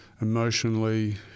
emotionally